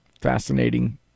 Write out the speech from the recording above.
fascinating